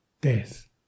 Death